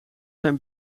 zijn